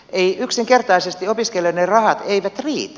ei yksinkertaisesti opiskelijoiden rahat eivät riitä